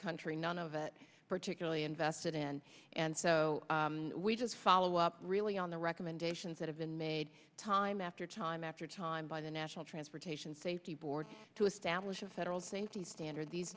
country none of it particularly invested in and so we just follow up really on the recommendations that have been made time after time after time by the national transportation safety board to establish a federal safety standard these